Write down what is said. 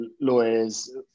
lawyers